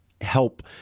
help